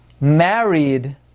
married